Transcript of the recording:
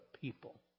people